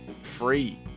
free